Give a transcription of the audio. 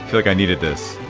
like i needed this